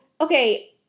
okay